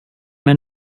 mig